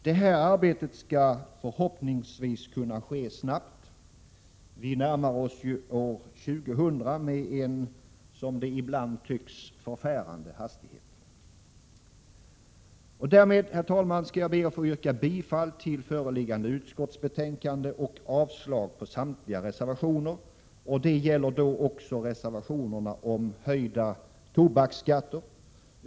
Det här arbetet skall förhoppningsvis kunna ske snabbt. Vi närmar oss ju år 2000 med en, som det ibland tycks, förfärande hastighet. Därmed ber jag, herr talman, att få yrka bifall till hemställan i föreliggande utskottsbetänkande och avslag på samtliga reservationer. Det gäller även reservationerna om höjda tobaksskatter.